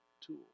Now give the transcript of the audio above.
tool